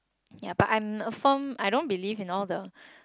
ya but I'm a firm I don't believe in all the